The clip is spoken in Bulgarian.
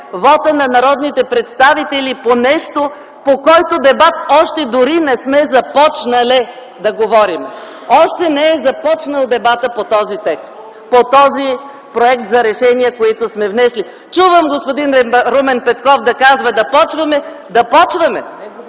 вота на народните представители по нещо, по което дебат още дори не сме започнали да говорим. Още не е започнал дебата по този текст, по този проект за решение, който сме внесли. РУМЕН ПЕТКОВ (КБ, от място): Да почваме!